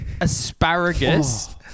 asparagus